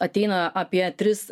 ateina apie tris